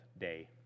day